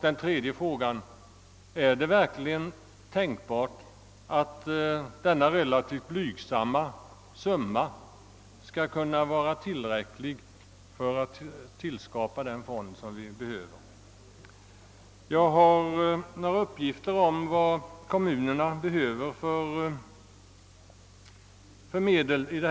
Den tredje frågan lyder: är det verkligen tänkbart att denna relativt blygsamma summa är tillräcklig för att skapa den fond som behövs? Jag har några uppgifter om vad kommunerna behöver härvidlag.